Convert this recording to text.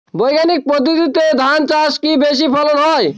বৈজ্ঞানিক পদ্ধতিতে ধান চাষে কি বেশী ফলন হয়?